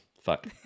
fuck